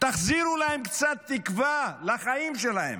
תחזירו להם קצת תקווה לחיים שלהם.